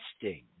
testing